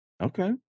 okay